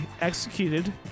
executed